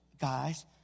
guys